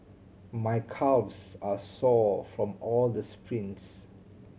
my calves are sore from all the sprints